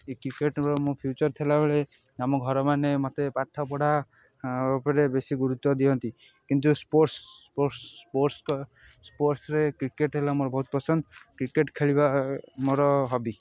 ଏ cricket ର ମୁଁ future ଥିଲାବେଳେ ଆମ ଘର ମାନେ ମୋତେ ପାଠପଢ଼ା ଉପରେ ବେଶୀ ଗୁରୁତ୍ୱ ଦିଅନ୍ତି କିନ୍ତୁ ସ୍ପୋର୍ଟସ୍ ସ୍ପୋର୍ଟସ୍ ସ୍ପୋର୍ଟସ୍ ସ୍ପୋର୍ଟସରେ କ୍ରିକେଟ ହେଲା ମୋର ବହୁତ ପସନ୍ଦ କ୍ରିକେଟ ଖେଳିବା ମୋର ହବି